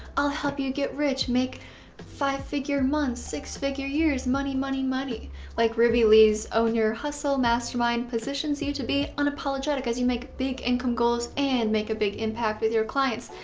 i'll help you get rich, make five figure months, six figure years, money, money, money like ruby lee's own your hustle mastermind' position s so you to be unapologetic as you make big income goals and make a big impact with your clients.